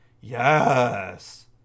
Yes